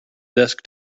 desk